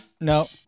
No